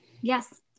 Yes